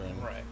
Right